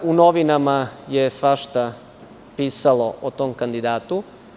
U novinama je svašta pisalo o tom kandidatu.